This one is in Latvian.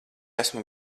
esmu